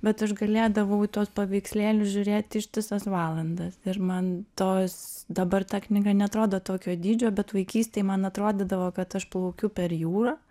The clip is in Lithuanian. bet aš galėdavau į tuos paveikslėlius žiūrėt ištisas valandas ir man tos dabar ta knyga neatrodo tokio dydžio bet vaikystėj man atrodydavo kad aš plaukiu per jūrą